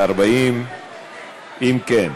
40. אם כן,